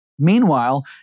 Meanwhile